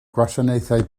gwasanaethau